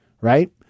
right